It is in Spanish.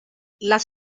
las